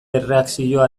erreakzio